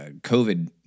COVID